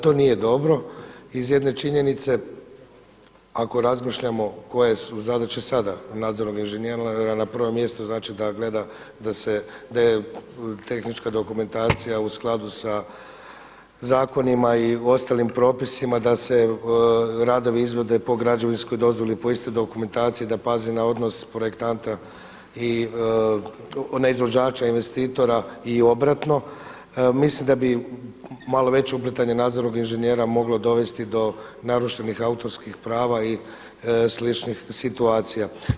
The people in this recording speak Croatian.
To nije dobro iz jedne činjenice, ako razmišljamo koje su zadaće sada nadzornog inženjera na prvom mjestu da gleda da je tehnička dokumentacija u skladu sa zakonima i ostalim propisima, da se radovi izvode po građevinskoj dozvoli po istoj dokumentaciji, da pazi na odnos projektanta i ne izvođača investitora i obratno, mislim da bi malo veće uplitanje nadzornog inženjera moglo dovesti do narušenih autorskih prava i sličnih situacija.